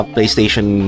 PlayStation